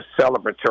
celebratory